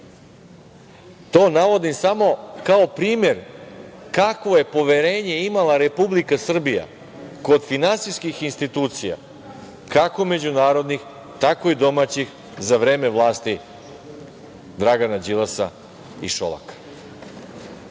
To navodim samo kao primer kako je poverenje imala Republika Srbija kod finansijskih institucija kako međunarodnih, tako i domaćih za vreme vlasti Dragana Đilasa i Šolaka. Znači,